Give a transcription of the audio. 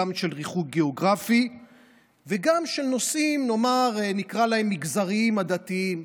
גם של ריחוק גיאוגרפי וגם של נושאים נקרא להם מגזריים-עדתיים,